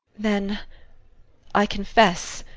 then i confess,